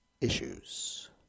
issues